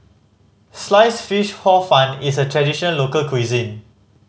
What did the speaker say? slice fish Hor Fun is a traditional local cuisine